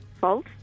False